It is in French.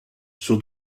sur